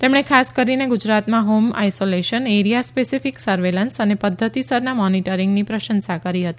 તેમણે ખાસ કરીને ગુજરાતમાં home isolation area specific surveillance અને પદ્ધતિસરના મોનિટરિંગની પણ પ્રશંસા કરી હતી